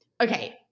okay